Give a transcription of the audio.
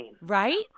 right